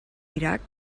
iraq